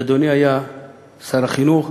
ואדוני היה שר החינוך,